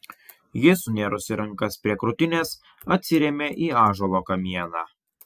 ji sunėrusi rankas prie krūtinės atsirėmė į ąžuolo kamieną